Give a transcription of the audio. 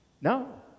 No